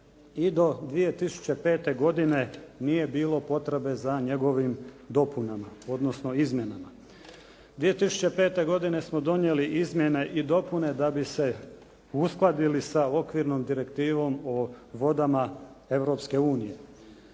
i do 2005. godine nije bilo potrebe za njegovim dopunama odnosno izmjenama. 2005. godine smo donijeli izmjene i dopune da bi se uskladili sa Okvirnom direktivom o vodama Europske unije.